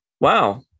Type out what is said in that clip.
wow